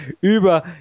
über